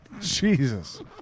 Jesus